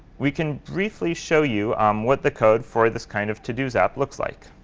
we can briefly show you what the code for this kind of todos app looks like.